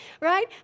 right